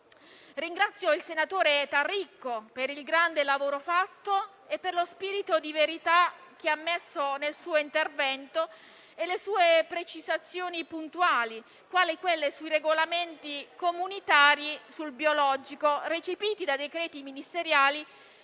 Ringrazio il senatore Taricco per il grande lavoro fatto e per lo spirito di verità che ha messo nel suo intervento e nelle sue precisazioni puntuali, quali quelle sui regolamenti comunitari sul biologico, recepiti da decreti ministeriali,